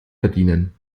verdienen